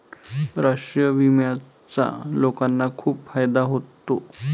राष्ट्रीय विम्याचा लोकांना खूप फायदा होतो